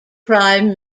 prime